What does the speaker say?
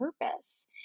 purpose